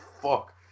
fuck